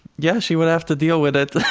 yeah, she would have to deal with it.